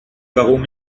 warum